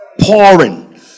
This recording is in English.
Pouring